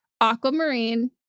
aquamarine